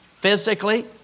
physically